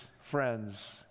friends